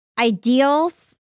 ideals